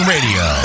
Radio